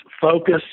focus